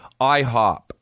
IHOP